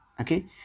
okay